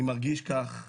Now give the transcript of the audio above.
אני מרגיש כך כלפייך.